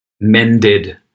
mended